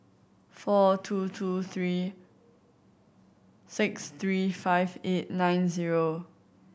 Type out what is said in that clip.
four two two three six three five eight nine zero